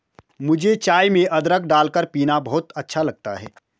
मुझे चाय में अदरक डालकर पीना बहुत अच्छा लगता है